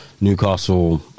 Newcastle